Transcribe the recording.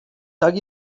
tak